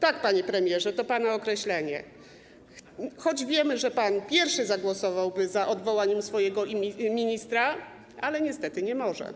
Tak, panie premierze, to pana określenie, choć wiemy, że pan pierwszy zagłosowałby za odwołaniem swojego ministra, ale niestety nie może pan,